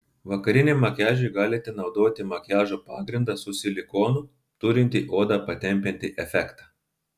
vakariniam makiažui galite naudoti makiažo pagrindą su silikonu turintį odą patempiantį efektą